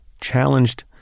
challenged